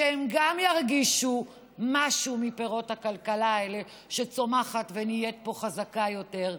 שגם הם ירגישו משהו מפירות הכלכלה הזאת שצומחת ונהיית פה חזקה יותר.